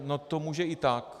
No to může i tak.